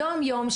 יום-יום,